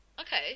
Okay